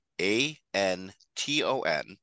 A-N-T-O-N